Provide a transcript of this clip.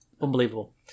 unbelievable